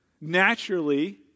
naturally